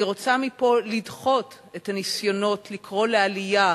אני רוצה מפה לדחות את הניסיונות לקרוא לעלייה